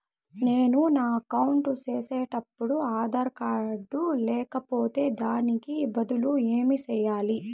నేను నా అకౌంట్ సేసేటప్పుడు ఆధార్ కార్డు లేకపోతే దానికి బదులు ఏమి సెయ్యాలి?